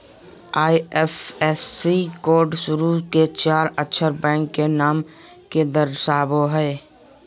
IFSC code शुरू के चार अक्षर बैंक के नाम के दर्शावो हइ